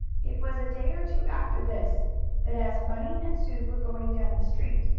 it was a day or two after this that, as bunny and sue were going down the street,